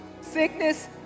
sickness